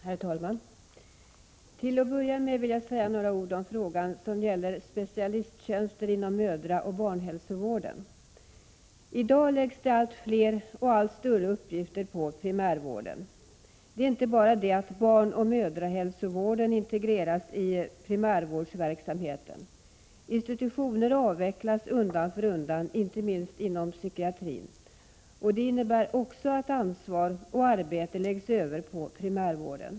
Herr talman! Till att börja med vill jag säga några ord om detta med specialisttjänster inom mödraoch barnhälsovården. I dag läggs det allt fler och allt större uppgifter på primärvården. Det är inte bara så att barnoch mödrahälsovården integreras i primärvårdsverksamheten. Institutioner avvecklas undan för undan, inte minst inom psykiatrin, och det innebär att ansvar och arbete läggs över på primärvården.